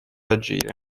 agire